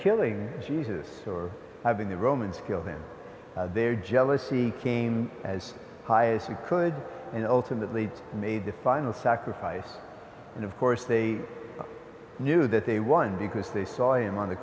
killing jesus or having the romans kill them their jealousy came as high as he could and ultimately made the final sacrifice and of course they knew that they won because they saw him on the